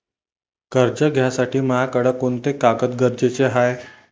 कर्ज घ्यासाठी मायाकडं कोंते कागद गरजेचे हाय?